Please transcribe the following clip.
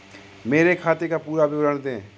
मेरे खाते का पुरा विवरण दे?